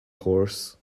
horse